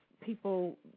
people